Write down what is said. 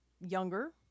younger